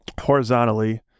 horizontally